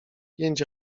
pięć